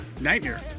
nightmare